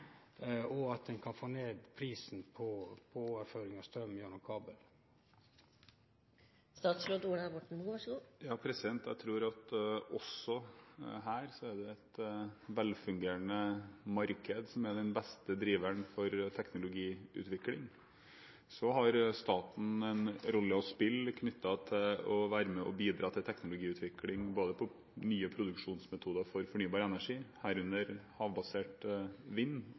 og at ein kan få ned prisen på overføring av straum gjennom kabel? Jeg tror at også her er det et velfungerende marked som er den beste driveren for teknologiutvikling. Så har staten en rolle å spille knyttet til det å være med og bidra til teknologiutvikling og når det gjelder nye produksjonsmetoder for fornybar energi, herunder havbasert vind